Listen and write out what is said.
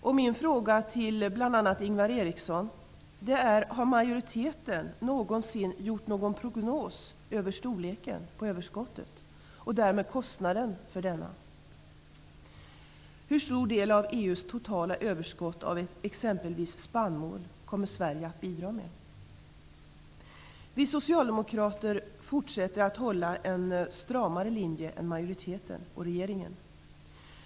Jag vill fråga bl.a. Ingvar Eriksson om majoriteten någonsin har gjort någon prognos över storleken på överskottet och därmed på kostnaderna för det? Hur stor del av EU:s totala överskott av exempelvis spannmål kommer Sverige att bidra med? Vi socialdemokrater fortsätter att hålla en stramare linje än majoriteten och regeringen.